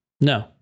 No